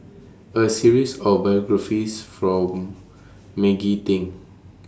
A series of biographies from Maggie Teng